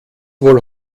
wohl